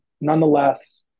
nonetheless